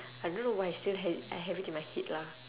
I don't know why I still ha~ I have it in my head lah